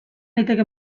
liteke